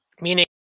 meaning